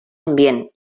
ambient